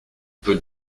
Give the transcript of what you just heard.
peut